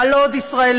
על עוד ישראלי,